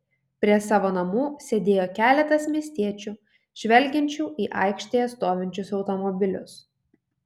prie savo namų sėdėjo keletas miestiečių žvelgiančių į aikštėje stovinčius automobilius